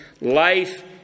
life